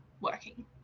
working